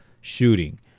shooting